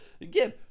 Again